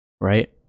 right